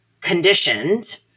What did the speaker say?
conditioned